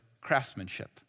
craftsmanship